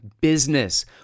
business